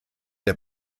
der